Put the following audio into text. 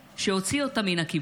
שהוציא אותה מן הקיבוץ.